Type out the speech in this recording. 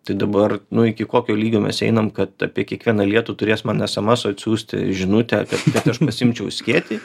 tai dabar nu iki kokio lygio mes einam kad apie kiekvieną lietų turės man esamesu atsiųsti žinutę kad aš pasiimčiau skėtį